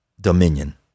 dominion